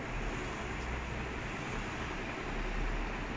ya சொல்லுங்க:sollunga